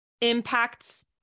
impacts